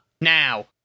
Now